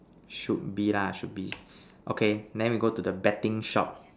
should be lah should be okay then we go to the betting shop